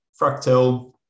Fractel